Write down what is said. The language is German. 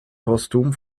postum